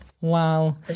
Wow